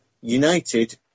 United